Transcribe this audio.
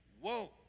whoa